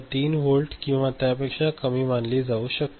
3 volt किंवा त्यापेक्षा कमी मानली जाऊ शकते